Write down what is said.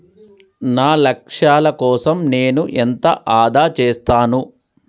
నా లక్ష్యాల కోసం నేను ఎంత ఆదా చేస్తాను?